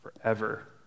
forever